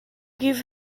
give